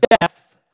death